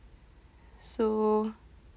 so